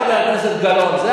חבר הכנסת גלאון,